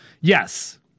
yes